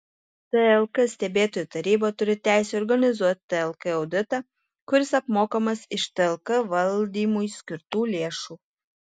tlk stebėtojų taryba turi teisę organizuoti tlk auditą kuris apmokamas iš tlk valdymui skirtų lėšų